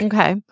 Okay